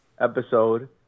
episode